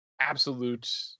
absolute